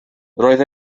roedd